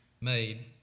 made